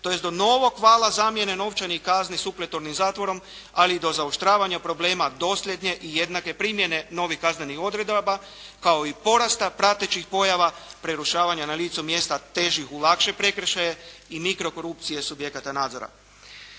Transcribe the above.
tj. do novog vala zamjene novčanih kazni sa … /Govornik se ne razumije./… zatvorom, ali i do zaoštravanja problema dosljedne i jednake primjene novih kaznenih odredaba kao i porasta pratećih pojava prerušavanja na licu mjesta težih u lakše prekršaje i mikro korupcije subjekata nadzora.